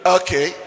okay